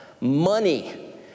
money